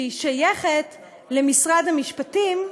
היא שייכת למשרד המשפטים,